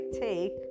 take